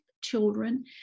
children